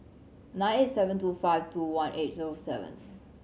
nine eight seven two five two one eight zero seven